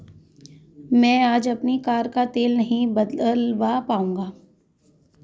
मैं आज अपनी कार का तेल नहीं बदलवा पाऊँगा